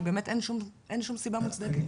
כי באמת אין שום סיבה מוצדקת.